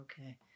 okay